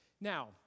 Now